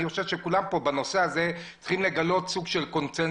ואני חושב שכולם פה בנושא הזה צריכים לגלות סוג של קונצנזוס,